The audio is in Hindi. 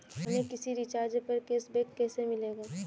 हमें किसी रिचार्ज पर कैशबैक कैसे मिलेगा?